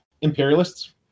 Imperialists